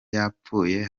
yapfuye